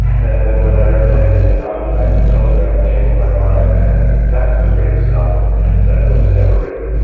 and then when i read lady in arms i told her i had changed my mind and that was the greatest novel that was ever written.